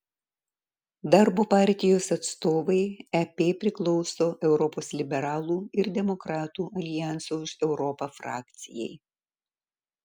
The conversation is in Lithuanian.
darbo partijos atstovai ep priklauso europos liberalų ir demokratų aljanso už europą frakcijai